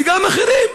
וגם אחרים.